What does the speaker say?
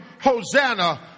Hosanna